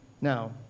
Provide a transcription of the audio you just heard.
Now